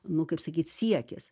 nu kaip sakyt siekis